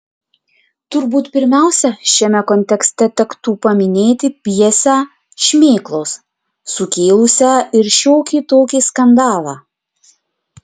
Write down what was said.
turbūt pirmiausia šiame kontekste tektų paminėti pjesę šmėklos sukėlusią ir šiokį tokį skandalą